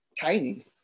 tiny